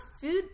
Food